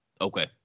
Okay